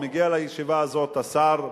מגיע לישיבה הזאת השר,